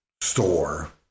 store